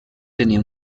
tenia